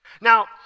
Now